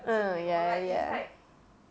mm ya ya